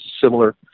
similar